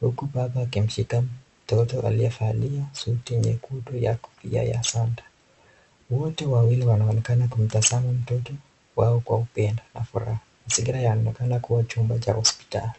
Huku baba akimshika mtoto aliyevalia nyekundu ya kofia ya santa, wote wawili wanaonekana kumtazama mtoto wao kwa upendo na furaha, mazingira yanaonekana kuwa chumba cha hosiptali.